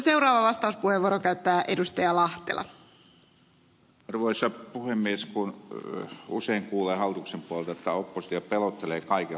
tiilikainen totesi jotta mitähän kaikkea pahaa nyt olisi tapahtunutkaan jos olisi sitä notifiointia anottu